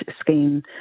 scheme